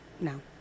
no